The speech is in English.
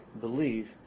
believe